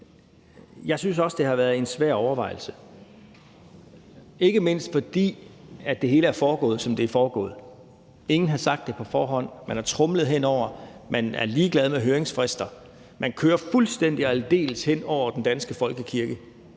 også synes, det har været en svær overvejelse, ikke mindst fordi det hele er foregået, som det er foregået. Ingen har sagt det på forhånd; man er tromlet hen over os; man er ligeglad med høringsfrister; man kører fuldstændig og aldeles hen over den danske folkekirke